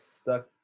stuck